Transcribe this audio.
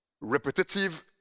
Repetitive